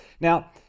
Now